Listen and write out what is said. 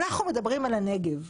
אנחנו מדברים על הנגב.